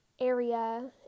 area